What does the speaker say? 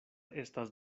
estas